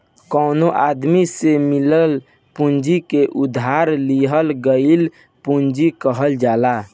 कवनो आदमी से मिलल पूंजी के उधार लिहल गईल पूंजी कहल जाला